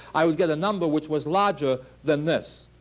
i would get a number which was larger than this.